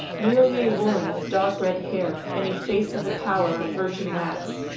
merely a woman with dark red hair, and a face of the pallor of virgin wax,